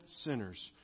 sinners